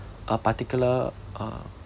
a particular uh